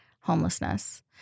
homelessness